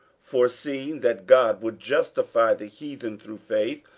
foreseeing that god would justify the heathen through faith,